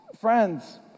Friends